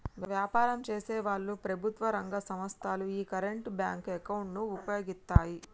వ్యాపారం చేసేవాళ్ళు, ప్రభుత్వం రంగ సంస్ధలు యీ కరెంట్ బ్యేంకు అకౌంట్ ను వుపయోగిత్తాయి